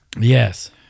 Yes